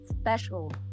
special